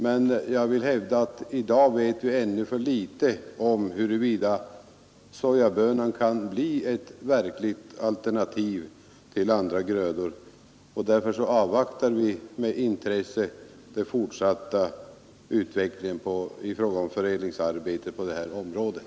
Men jag vill hävda att i dag vet vi ännu för litet om huruvida sojabönan kan bli ett verkligt alternativ till andra grödor, och därför avvaktar vi med intresse den fortsatta utvecklingen i fråga om förädlingsarbete på det här området.